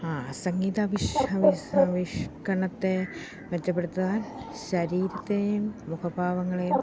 സംഗീതാവിഷ് ആവിഷ് ആവിഷ്കരണത്തെ മെച്ചപ്പെടുത്തുവാൻ ശരീരത്തെയും മുഖഭാവങ്ങളെയും